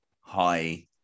High